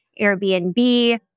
Airbnb